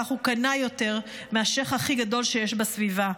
כך הוא קנאי יותר מהשייח' הכי גדול שיש בסביבה.